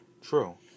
True